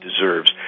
deserves